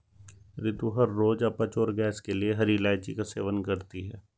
रितु हर रोज अपच और गैस के लिए हरी इलायची का सेवन करती है